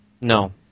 No